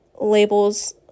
labels